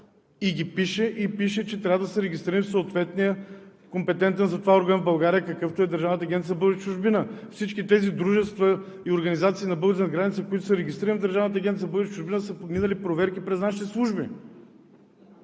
Пише ги! Пише, че трябва да се регистрираш в компетентния за това орган в България, какъвто е Държавната агенция за българите в чужбина. Всички тези дружества и организации на българите зад граница, които са регистрирани в Държавната агенция за българите в чужбина, са минали проверка през нашите служби.